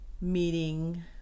meeting